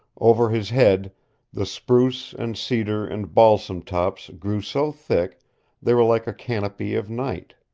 over his head the spruce and cedar and balsam tops grew so thick they were like a canopy of night.